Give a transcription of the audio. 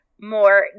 more